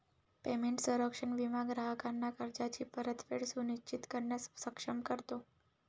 payment संरक्षण विमा ग्राहकांना कर्जाची परतफेड सुनिश्चित करण्यास सक्षम करतो